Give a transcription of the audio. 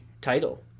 title